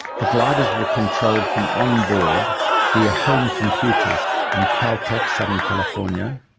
the gliders were controlled from onboard via home computers in caltech, southern california,